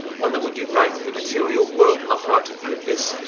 one that would unite the material world and the heart of the abyss,